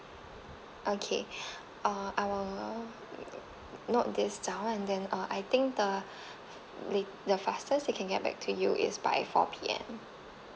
okay uh I will note this down and then uh I think the la~ the fastest we can get back to you is by four P_M